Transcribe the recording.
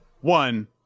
One